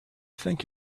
think